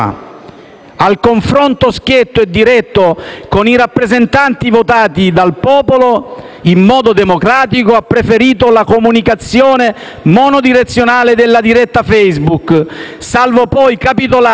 Al confronto schietto e diretto con i rappresentanti votati dal popolo in modo democratico, egli ha preferito la comunicazione monodirezionale della diretta Facebook, salvo poi capitolare